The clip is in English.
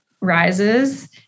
rises